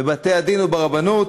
בבתי-הדין וברבנות,